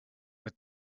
with